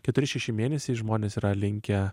keturi šeši mėnesiai žmonės yra linkę